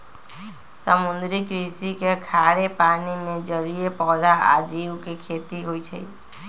समुद्री कृषि में खारे पानी में जलीय पौधा आ जीव के खेती होई छई